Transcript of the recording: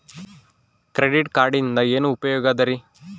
Credit ಕಾರ್ಡಿನಿಂದ ಏನು ಉಪಯೋಗದರಿ?